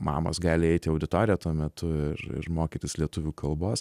mamos gali eit į auditoriją tuo metu ir ir mokytis lietuvių kalbos